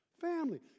Family